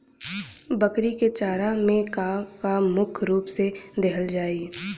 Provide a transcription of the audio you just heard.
बकरी क चारा में का का मुख्य रूप से देहल जाई?